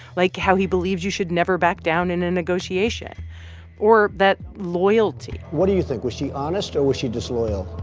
like how he believes you should never back down in a negotiation or that loyalty. what do you think? was she honest or was she disloyal.